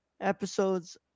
episodes